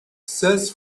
says